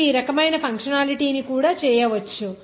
మీరు ఈ రకమైన ఫంక్షనాలిటీ ను కూడా చేయవచ్చు